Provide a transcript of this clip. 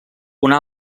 una